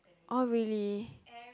oh really